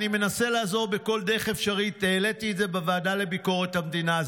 אני מנסה לעזור בכל דרך אפשרית: העליתי את זה בוועדה לביקורת המדינה,